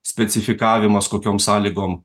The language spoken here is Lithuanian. specifikavimas kokiom sąlygom